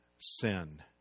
sin